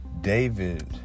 David